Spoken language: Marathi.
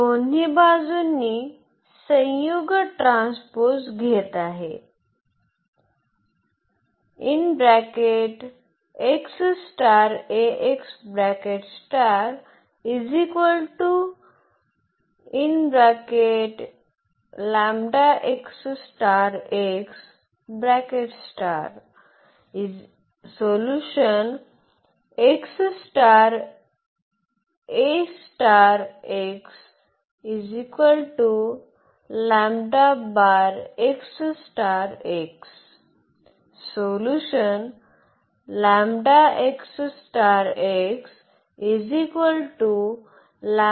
दोन्ही बाजूंनी संयुग ट्रान्सपोज घेत आहे since